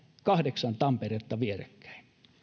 kahdeksan tamperetta vierekkäin